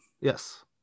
Yes